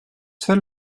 seule